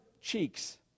cheeks